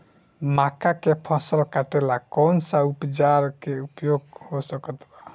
मक्का के फसल कटेला कौन सा औजार के उपयोग हो सकत बा?